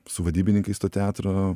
su vadybininkais to teatro